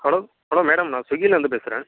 hello hello madam நான் சுவிக்கில இருந்து பேசுகிறன்